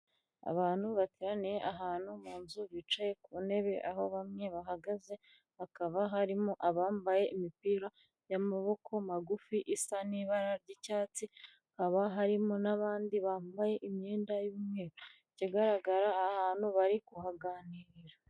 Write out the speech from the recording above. Abantu bateraniye ahantu mu nzu bicaye ku ntebe aho bamwe bahagaze hakaba harimo abambaye imipira y'amaboko magufi isa n'ibara ry'icyatsi, hakaba harimo n'abandi bambaye imyenda y'umweru, ikigaragara aha hantu bari kuhaganira.